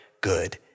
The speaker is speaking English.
good